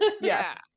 Yes